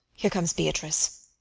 here comes beatrice.